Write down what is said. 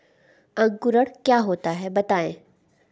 अंकुरण क्या होता है बताएँ?